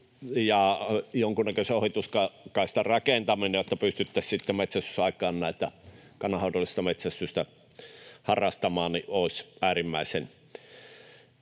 jonkunnäköisen ohituskaistan rakentaminen, jotta pystyttäisiin metsästysaikaan kannanhoidollista metsästystä harrastamaan, olisi äärimmäisen